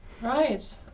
right